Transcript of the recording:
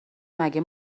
مگه